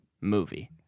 movie